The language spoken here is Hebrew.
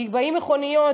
כי באות מכוניות,